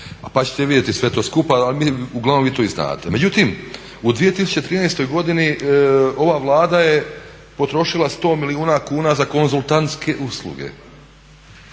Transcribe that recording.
pa ćete vidjeti sve to skupa. Ali mislim uglavnom vi to i znate. Međutim, u 2013. godini ova Vlada je potrošila sto milijuna kuna za konzultantske usluge.